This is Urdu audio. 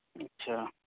اچھا